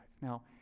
Now